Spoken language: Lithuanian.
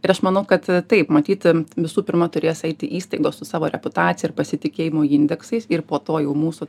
ir aš manau kad taip matyt visų pirma turės eiti įstaigos su savo reputacija ir pasitikėjimo indeksais ir po to jau mūsų